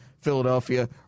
Philadelphia